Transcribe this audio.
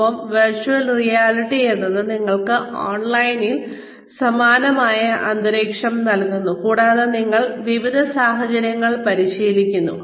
ഒപ്പം virtual reality എന്നത് നിങ്ങൾക്ക് ഓൺലൈനിൽ സമാനമായ അന്തരീക്ഷം നൽകുന്നു കൂടാതെ നിങ്ങൾ വിവിധ സാഹചര്യങ്ങൾ പരീക്ഷിക്കുന്നു